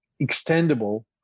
extendable